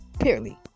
purely